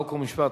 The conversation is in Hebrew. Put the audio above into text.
חוק ומשפט,